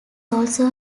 also